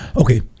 Okay